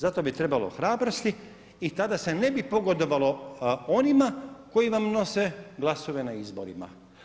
Za to bi trebalo hrabrosti i tada se ne bi pogodovalo onima koji vam nose glasove na izborima.